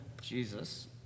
Jesus